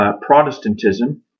Protestantism